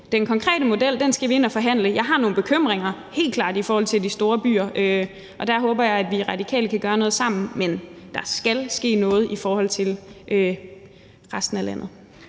den konkrete model skal vi ind og forhandle den. Jeg har helt klart nogle bekymringer i forhold til de store byer, og der håber jeg, at vi og De Radikale kan gøre noget sammen. Men der skal ske noget i forhold til resten af landet.